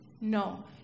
No